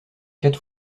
quatre